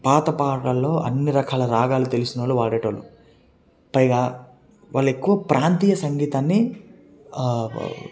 పాతపాటల్లో అన్నీ రకాల రాగాలు తెలిసిన వాళ్లు వాడేటి వాళ్లు పైగా వాళ్లు ఎక్కువ ప్రాంతీయ సంగీతాన్ని